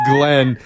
Glenn